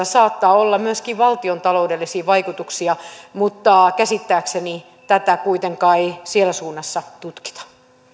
saattaa olla myöskin valtiontaloudellisia vaikutuksia mutta käsittääkseni tätä kuitenkaan ei siellä suunnassa tutkita